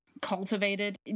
cultivated